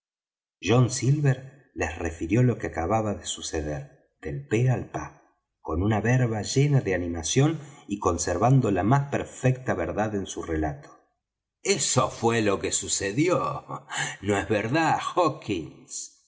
john silver les refirió lo que acababa de suceder del pe al pa con una verba llena de animación y conservando la más perfecta verdad en su relato eso fué lo que sucedió no es verdad